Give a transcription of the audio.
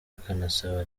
akanasaba